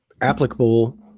applicable